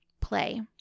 play